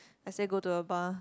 I say go to a bar